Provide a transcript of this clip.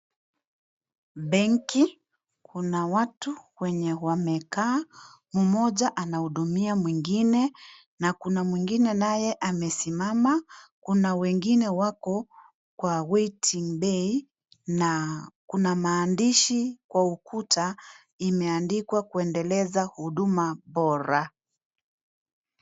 Benki kuna watu wenye wamekaa mmoja anahudumia mwingine na kuna mwingine naye amesimama kuna wengine wako kwa waiting bay na kuna maandishi kwa ukuta imeandikwa kuendeleza huduma bora.